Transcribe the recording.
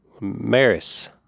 Maris